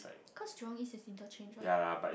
cause Jurong East is interchange what